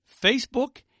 Facebook